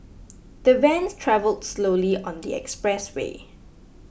the van travelled slowly on the motorway